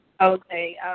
Okay